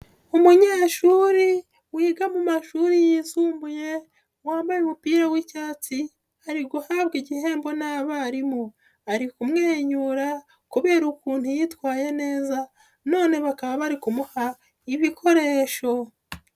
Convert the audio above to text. Umunyeshuri wiga mu mashuri yisumbuye, wambaye umupira w'icyatsi, ari guhabwa igihembo n'abarimu. Ari kumwenyura kubera ukuntu yitwaye neza none bakaba bari kumuha ibikoresho.